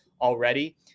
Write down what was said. already